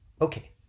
okay